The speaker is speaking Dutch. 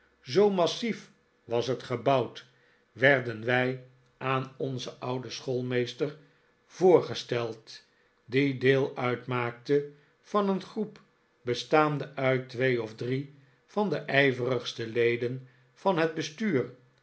zoo massief was het gebouwd werden wij aan onzen ouden schoolmeestei voorgesteld die deel uitmaakte van een groep bestaande uit twee of drie van de ijverigste leden van het bestuur